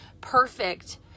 perfect